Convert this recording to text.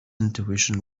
intuition